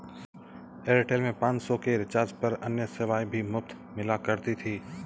Airtel में पाँच सौ के रिचार्ज पर अन्य सेवाएं भी मुफ़्त मिला करती थी